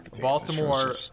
Baltimore